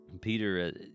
peter